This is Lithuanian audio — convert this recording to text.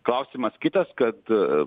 klausimas kitas kad